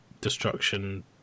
destruction